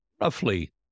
roughly